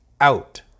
Out